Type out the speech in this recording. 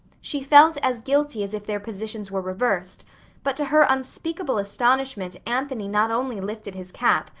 she felt as guilty as if their positions were reversed but to her unspeakable astonishment anthony not only lifted his cap.